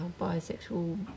bisexual